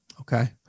Okay